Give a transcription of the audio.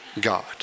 God